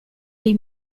dei